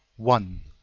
one.